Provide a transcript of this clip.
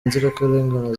inzirakarengane